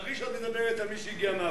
תיזהרי כשאת מדברת על מי שהגיע מאפריקה.